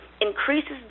increases